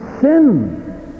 sin